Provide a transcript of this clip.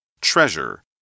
Treasure